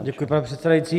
Děkuji, pane předsedající.